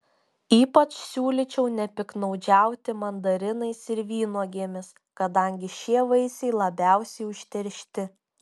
ypač siūlyčiau nepiktnaudžiauti mandarinais ir vynuogėmis kadangi šie vaisiai labiausiai užteršti